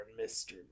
mr